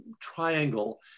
triangle